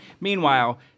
Meanwhile